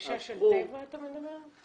--- החדשה של טבע אתה מתכוון?